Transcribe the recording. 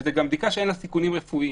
וזו גם בדיקה שאין לה סיכונים רפואיים.